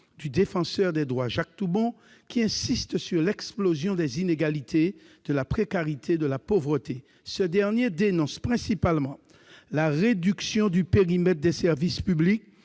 du Défenseur des droits, Jacques Toubon, qui insiste sur l'explosion des inégalités, de la précarité, de la pauvreté. Il dénonce principalement la réduction du périmètre des services publics,